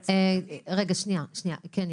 כן,